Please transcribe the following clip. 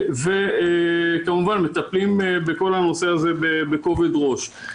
וכמובן מטפלים בכל הנושא הזה בכובד ראש.